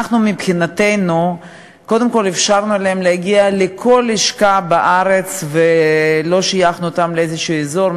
אנחנו אפשרנו להם להגיע לכל לשכה בארץ ולא שייכנו אותם לאיזשהו אזור,